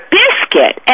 biscuit